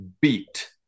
beat